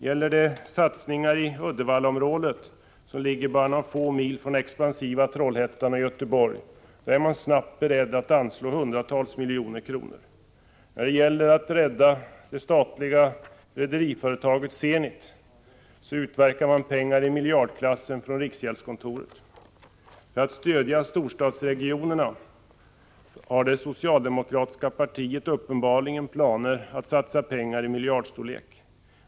Gäller det satsningar i Uddevallaområdet, som ligger bara några få mil från expansiva Trollhättan och Göteborg, är man angelägen att anslå hundratals miljoner kronor. När det gäller att rädda det statliga rederiföretaget Zenit utverkar man pengar i miljardklassen från riksgäldskontoret. För att stödja storstadsregionerna har det socialdemokratiska partiet uppenbarligen planer att satsa pengar i miljardstorlek.